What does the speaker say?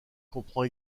comprend